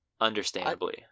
understandably